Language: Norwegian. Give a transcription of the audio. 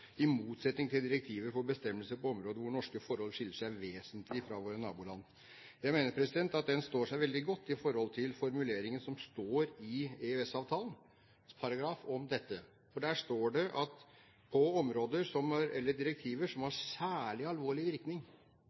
i motsetning til direktiver og bestemmelser på områder hvor norske forhold skiller seg vesentlig fra våre nabolands». Jeg mener at den står seg veldig godt i forhold til formuleringen som står i EØS-avtalens paragraf om dette, for der står det at på direktiver som har særlig alvorlig virkning